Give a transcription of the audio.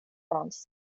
france